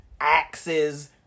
axes